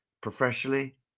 professionally